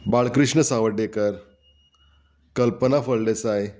Balkrishna Savaddekar Kalpana Phaldesai